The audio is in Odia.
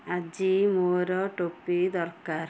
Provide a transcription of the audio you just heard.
ଆଜି ମୋର ଟୋପି ଦରକାର